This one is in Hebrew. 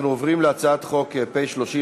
אנחנו עוברים להצעת חוק פ/30,